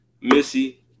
Missy